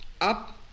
up